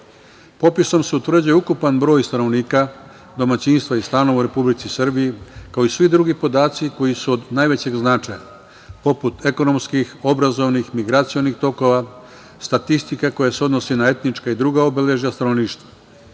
se utvrđuje ukupan broj stanovnika, domaćinstva i stanova u Republici Srbiji, kao i svi drugi podaci koji su od najvećeg značaja, poput ekonomskih, obrazovnih, migracionih tokova, statistika koja se odnosi na etnička i druga obeležja stanovništva.